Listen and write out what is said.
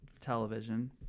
television